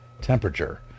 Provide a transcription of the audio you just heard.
temperature